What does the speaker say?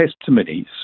testimonies